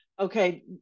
okay